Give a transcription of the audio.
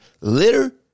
litter